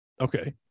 Okay